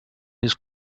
his